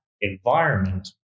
environment